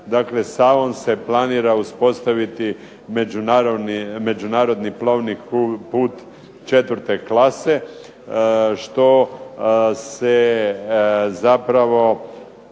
dakle Savom se planira uspostaviti međunarodni plovni put 4. klase što se zapravo